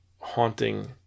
haunting